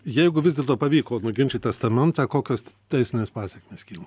jeigu vis dėlto pavyko nuginčyt testamentą kokios teisinės pasekmės kyla